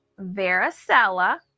varicella